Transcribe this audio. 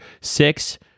Six